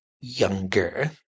younger